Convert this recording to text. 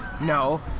No